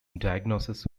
diagnosis